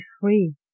free